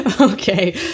Okay